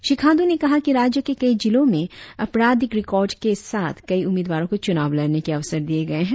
श्री खांडू ने कहा कि राज्य के कई जिलों में अपराधिक रिकोर्ड के साथ कई उम्मीदवारों को चुनाव लड़ने के अवसर दिए गए है